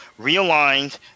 realigned